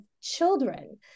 children